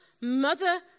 mother